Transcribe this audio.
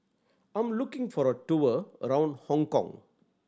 I' m looking for a tour around Hong Kong